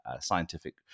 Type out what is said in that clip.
scientific